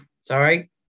Sorry